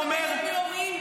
הרי שאלת.